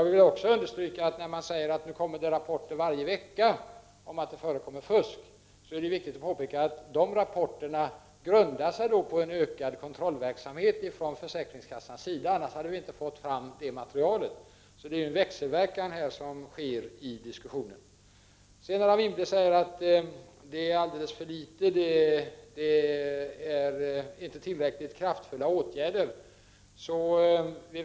När man säger att det nu kommer rapporter varje vecka om att det före kommer fusk, är det viktigt att påpeka att de rapporterna grundar sig på en ökad kontrollverksamhet från försäkringskassans sida — utan den hade vi inte fått fram det materialet. Det är alltså en växelverkan som här förekommer. Anne Wibble säger sedan att det inte är tillräckligt kraftfulla åtgärder som regeringen vill vidta.